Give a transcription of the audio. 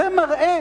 זה מראה